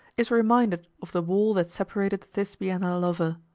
is reminded of the wall that separated thisbe and her lover